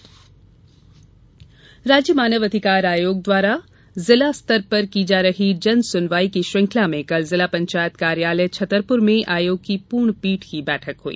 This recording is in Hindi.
मानवाधिकार आयोग राज्य मानव अधिकार आयोग द्वारा जिला स्तर पर की जा रही जन सुनवाई की श्रृंखला में कल जिला पंचायत कार्यालय छतरपुर में आयोग की पूर्ण पीठ की बैठक हुई